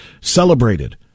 celebrated